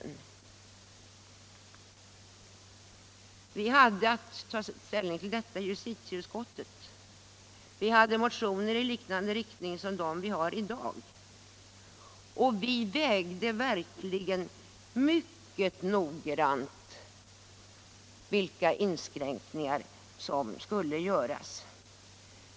När vi hade att ta ställning till detta i justitieutskottet förelåg det motioner liknande dem vi har i dag, och vi vägde verkligen mycket noggrant vilka inskränkningar som borde göras.